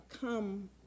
come